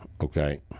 Okay